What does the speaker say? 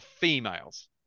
females